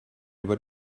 über